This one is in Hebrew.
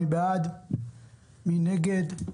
מי בעד, מי נגד.